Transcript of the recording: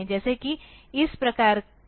जैसा की इस प्रकार का ADD R1 M नहीं हो सकता